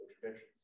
traditions